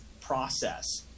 process